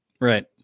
Right